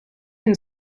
can